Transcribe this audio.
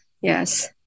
Yes